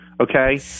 okay